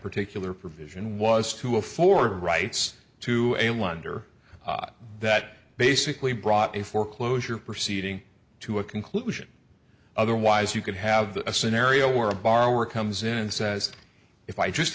particular provision was to afford the rights to a wonder that basically brought a foreclosure proceeding to a conclusion otherwise you could have a scenario where a borrower comes in and says if i just